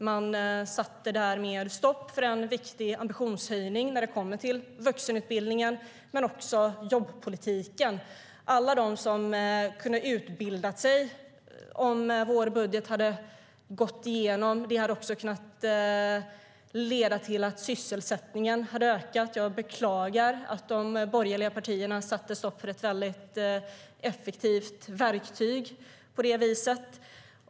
Man satte därmed stopp för en viktig ambitionshöjning när det gäller vuxenutbildningen men också jobbpolitiken och för alla dem som kunde ha utbildat sig om vår budget gått igenom. Det hade också kunnat leda till ökad sysselsättning. Jag beklagar att de borgerliga partierna satte stopp för ett väldigt effektivt verktyg på det viset.